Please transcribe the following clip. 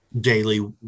daily